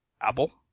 Apple